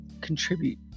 contribute